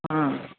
ಹಾಂ